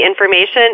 information